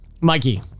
Mikey